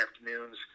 afternoons